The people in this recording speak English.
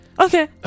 Okay